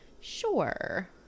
sure